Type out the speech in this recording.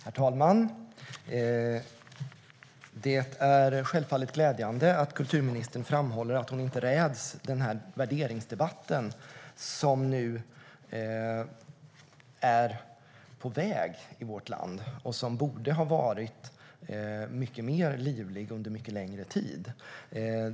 Herr talman! Det är självklart glädjande att kulturministern framhåller att hon inte räds den värderingsdebatt som nu är på väg i vårt land och som borde ha varit mycket mer livlig under mycket längre tid.